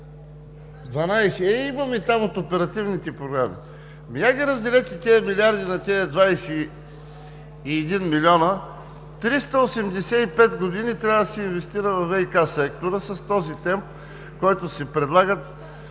12 – имаме там от оперативните програми. Хайде разделете тези милиарди на 21 милиона – 385 години трябва да се инвестира във ВиК сектора с този темп, който се предлага